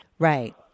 Right